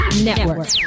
Network